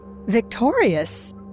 victorious